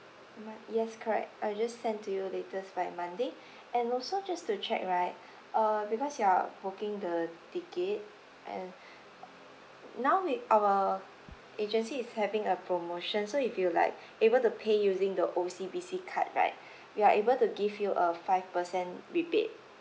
am I yes correct I'll just send to you latest by monday and also just to check right uh because you're booking the ticket and now we our agency is having a promotion so if you like able to pay using the O_C_B_C card right we are able to give you a five percent rebate